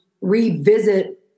revisit